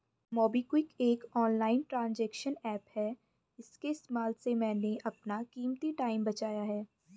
MobiKwik एक online transaction app है इसके इस्तेमाल से मैंने अपना कीमती टाइम बचाया है